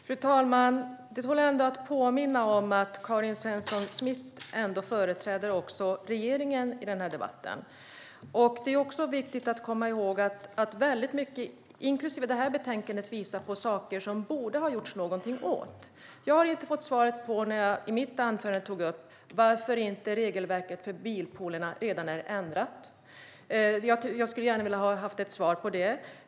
Fru talman! Det tål att påminnas om att Karin Svensson Smith också företräder regeringen i denna debatt. Det är också viktigt att komma ihåg att väldigt mycket, inklusive detta betänkande, visar på saker som det borde ha gjorts någonting åt. Jag har inte fått svar på varför regelverket för bilpoolerna inte redan är ändrat, vilket jag tog upp i mitt anförande. Det skulle jag gärna vilja ha ett svar på.